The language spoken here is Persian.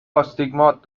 آستیگمات